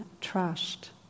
trust